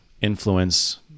influence